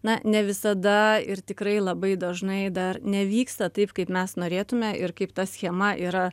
na ne visada ir tikrai labai dažnai dar nevyksta taip kaip mes norėtume ir kaip ta schema yra